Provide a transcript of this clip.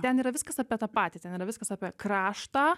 ten yra viskas apie tą patį ten yra viskas apie kraštą